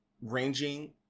ranging